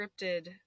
scripted